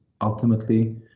ultimately